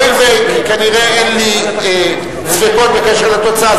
הואיל וכנראה אין לי ספקות בקשר לתוצאה,